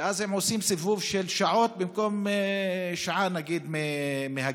ואז לעשות סיבוב של שעות, במקום שעה, מהגליל